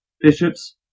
bishops